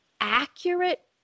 accurate